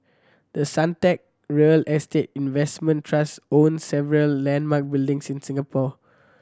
the Suntec real estate investment trust owns several landmark buildings in Singapore